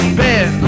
bed